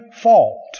fault